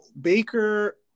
Baker